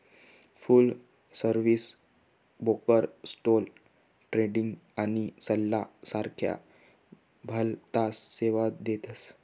फुल service broker stock trading आणि सल्ला सारख्या भलताच सेवा देतस